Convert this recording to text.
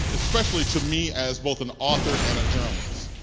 especially to me as both an author and a journalist.